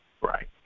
Right